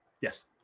Yes